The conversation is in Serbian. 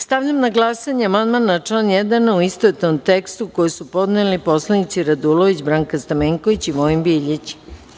Stavljam na glasanje amandman na član 1. u istovetnom tekstu, koji su podneli narodni poslanici Saša Radulović, Branka Stamenković i Vojin Biljić.